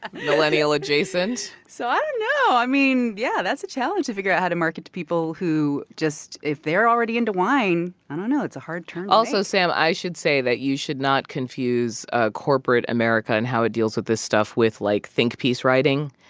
millennial adjacent so i don't know. i mean, yeah, that's a challenge to figure out how to market to people who just if they're already into wine, i don't know. it's a hard turn to make also, sam, i should say that you should not confuse ah corporate america and how it deals with this stuff with, like, think-piece writing